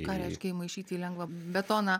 ką reiškia įmaišyti į lengvą betoną